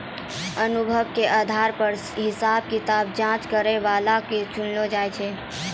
अनुभव के आधार पर हिसाब किताब जांच करै बला के चुनलो जाय छै